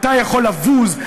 אתה יכול לבוז,